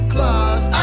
Claus